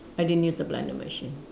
I didn't use the blender machine